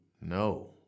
No